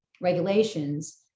regulations